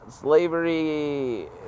slavery